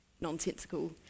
nonsensical